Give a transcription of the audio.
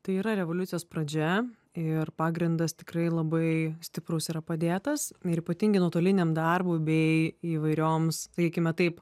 tai yra revoliucijos pradžia ir pagrindas tikrai labai stiprus yra padėtas ir ypatingai nuotoliniam darbui bei įvairioms sakykime taip